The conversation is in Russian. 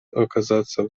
оказаться